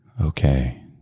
Okay